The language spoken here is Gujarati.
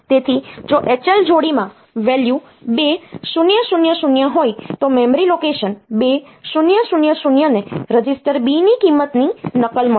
તેથી જો H L જોડીમાં વેલ્યુ 2000 હોય તો મેમરી લોકેશન 2000 ને રજિસ્ટર Bની કિંમતની નકલ મળશે